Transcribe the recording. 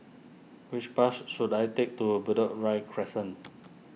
which bus should I take to Bedok Ria Crescent